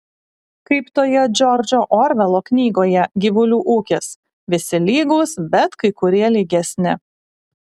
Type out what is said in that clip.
kaip toje džordžo orvelo knygoje gyvulių ūkis visi lygūs bet kai kurie lygesni